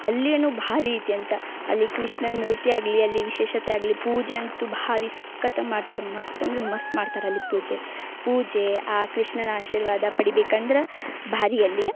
ಅಲ್ಲಿಯೂ ಭಾರಿ ಇದ್ಯಂತೆ ಅಲ್ಲಿ ಕೃಷ್ಣನ ಮೂರ್ತಿ ಆಗಲಿ ಅಲ್ಲಿ ವಿಶೇಷತೆ ಆಗಲಿ ಪೂಜೆ ಅಂತೂ ಭಾರಿ ಸಖತ್ತಾಗಿ ಮಾಡ್ತಾರ್ ಮಸ್ತ್ ಅಂದ್ರೆ ಮಸ್ತ್ ಮಾಡ್ತಾರಲ್ಲಿ ಪೂಜೆ ಪೂಜೆ ಆ ಕೃಷ್ಣನ ಆಶೀರ್ವಾದ ಪಡಿಬೇಕಂದ್ರೆ ಭಾರಿ ಅಲ್ಲಿ